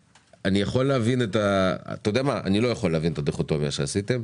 אני לא יכול להבין את הדיכוטומיה שעשיתם,